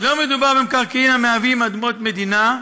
לא מדובר במקרקעין המהווים אדמות מדינה,